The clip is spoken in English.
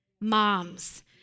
Moms